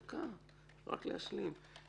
דקה, רק להשלים.